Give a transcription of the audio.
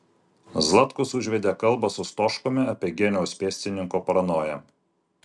zlatkus užvedė kalbą su stoškumi apie geniaus pėstininko paranoją